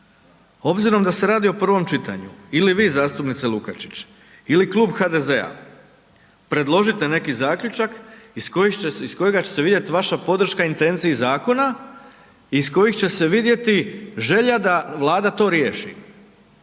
obzirom da se radi o prvom čitanju ili vi zastupnice Lukačić ili klub HDZ-a. Predložite neki zaključak iz kojega će se vidjet vaša podrška intenciji zakona, iz kojih će se vidjeti želja da Vlada to riješi